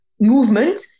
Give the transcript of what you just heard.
movement